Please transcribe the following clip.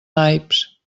naips